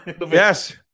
Yes